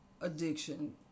addiction